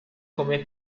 come